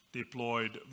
deployed